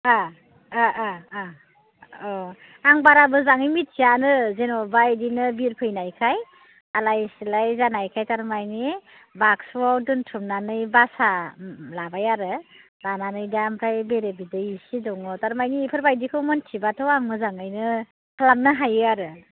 अ अ अ आं बारा मोजाङै मिथियानो जेनेबा बिदिनो बिरफैनायखाय आलाय सिलाय जानायखाय थारमाने बाकसुआव दोनथुमनानै बासा लाबाय आरो लानानै दा ओमफ्राय बेरे बिदै इसे दङ थारमाने बेफोरबायदिखौ मिनथिबाथ' आं मोजाङैनो खालामनो हायो आरो